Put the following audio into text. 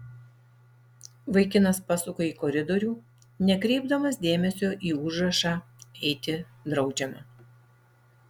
vaikinas pasuka į koridorių nekreipdamas dėmesio į užrašą eiti draudžiama